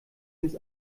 ins